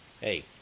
hey